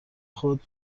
خود